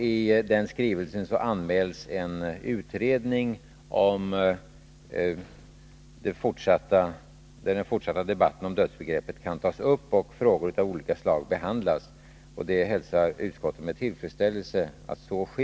I skrivelsen anmäls en utredning där den fortsatta debatten om dödsbegreppet kan tas upp och frågor av olika slag behandlas. Utskottet hälsar med tillfredsställelse att så sker.